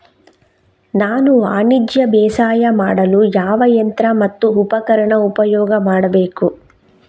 ನಾನು ವಾಣಿಜ್ಯ ಬೇಸಾಯ ಮಾಡಲು ಯಾವ ಯಂತ್ರ ಮತ್ತು ಉಪಕರಣ ಉಪಯೋಗ ಮಾಡಬೇಕು?